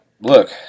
look